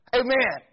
amen